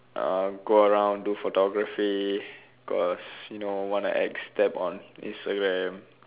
uh go around do photography cause you know wanna act step on Instagram